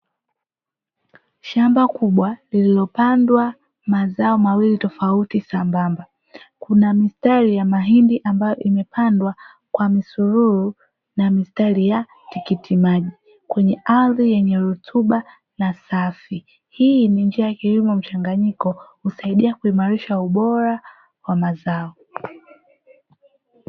Shamba kubwa lililo pandwa mazao mawili tofauti Sambamba, kunamistari ya mahindi ambayo imepandwa kwa misururu na mistari ya tikiti maji kwenye ardhi yenye rutuba na safi, hii ni njia ya kilimo mchanganyiko husaidia kuimarisha ubora wa mazao.